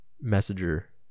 messenger